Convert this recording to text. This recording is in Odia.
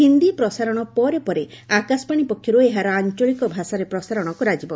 ହିନ୍ଦୀ ପ୍ରସାରଣ ପରେ ପରେ ଆକାଶବାଣୀ ପକ୍ଷରୁ ଏହାର ଆଞ୍ଚଳିକ ଭାଷାରେ ପ୍ରସାରଣ କରାଯିବ